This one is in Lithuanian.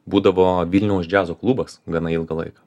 būdavo vilniaus džiazo klubas gana ilgą laiką